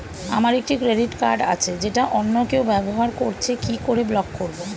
আমার একটি credit card আছে যেটা অন্য কেউ ব্যবহার করছে কি করে ব্লক করবো?